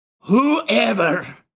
whoever